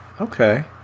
Okay